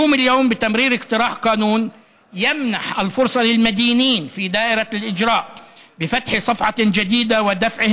היום אנו מעבירים הצעת חוק שתיתן הזדמנות לאזרחים לפתוח דף חדש בהוצאה